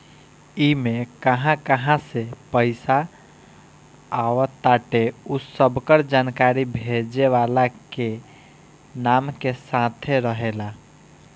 इमे कहां कहां से पईसा आवताटे उ सबकर जानकारी भेजे वाला के नाम के साथे रहेला